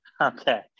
Okay